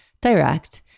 direct